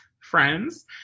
friends